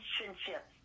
Relationship